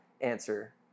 answer